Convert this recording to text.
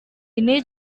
ini